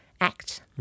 act